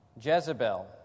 Jezebel